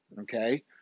okay